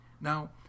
Now